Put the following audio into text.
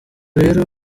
rero